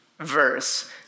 verse